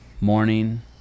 morning